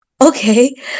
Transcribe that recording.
okay